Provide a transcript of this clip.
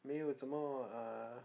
没有什么 uh